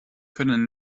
können